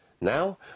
Now